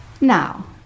Now